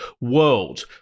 World